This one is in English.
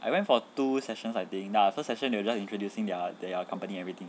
I went for two sessions like I think lah the first session they were just introducing their their company everything